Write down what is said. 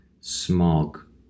smog